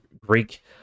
Greek